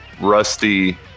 rusty